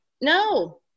no